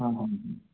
हाँ हम